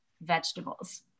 vegetables